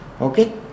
okay